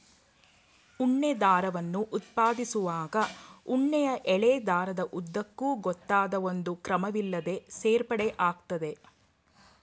ಉಣ್ಣೆ ದಾರವನ್ನು ಉತ್ಪಾದಿಸುವಾಗ ಉಣ್ಣೆಯ ಎಳೆ ದಾರದ ಉದ್ದಕ್ಕೂ ಗೊತ್ತಾದ ಒಂದು ಕ್ರಮವಿಲ್ಲದೇ ಸೇರ್ಪಡೆ ಆಗ್ತದೆ